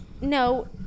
No